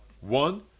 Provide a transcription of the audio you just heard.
One